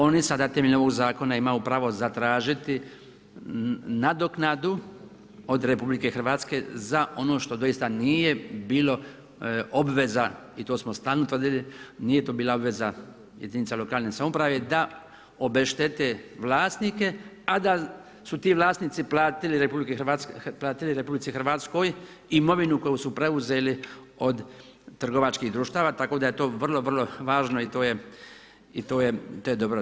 Oni sada temeljem ovog Zakona imaju pravo zatražiti nadoknadu od RH za ono što doista nije bilo obveza i to smo stalno tvrdili, nije to bila obveza jedinica lokalne samouprave da obeštete vlasnike, a da su ti vlasnici platili RH imovinu koju su preuzeli od trgovačkih društava, tako da je to vrlo važno i to je dobro.